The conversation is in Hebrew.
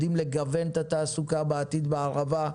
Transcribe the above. יודעים לגוון את התעסוקה בעתיד בערבה.